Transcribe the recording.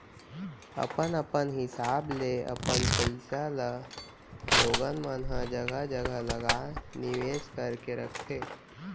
अपन अपन हिसाब ले अपन पइसा ल लोगन मन ह जघा जघा लगा निवेस करके रखथे